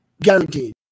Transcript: Guaranteed